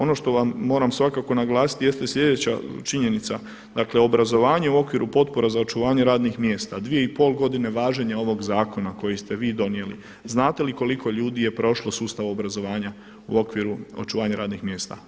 Ono što vam moram svakako naglasiti jeste sljedeća činjenica, dakle obrazovanje u okviru potpora za očuvanje radnih mjesta 2,5 godine važenja ovog zakona koji ste vi donijeli, znate li koliko je ljudi prošlo sustav obrazovanja u okviru očuvanja radnih mjesta?